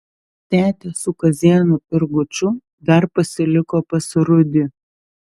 tetė su kazėnu ir guču dar pasiliko pas rūdį